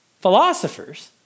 philosophers